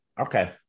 Okay